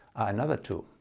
another two